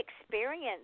experience